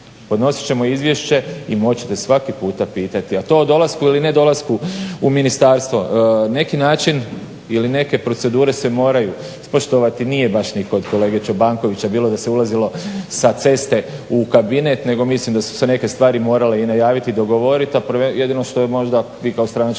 Podnosit ćemo izvješće i moći ćete svaki puta pitati. A to o dolasku ili ne dolasku u ministarstvo neki način ili neke procedure se moraju ispoštovati. Nije baš ni kolege Čobankovića bilo da se ulazilo sa ceste u kabinet nego mislim da su se neke stvari morale i najaviti i dogovorit a jedino što je možda vi kao stranačka